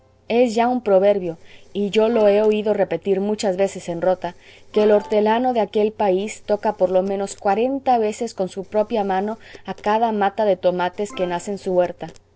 distinguirlas e individualizarlas sin exagerar es ya un proverbio y yo lo he oído repetir muchas veces en rota que el hortelano de aquel país toca por lo menos cuarenta veces con su propia mano a cada mata de tomates que nace en su huerta